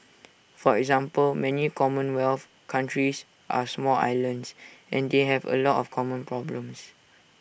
for example many commonwealth countries are small islands and they have A lot of common problems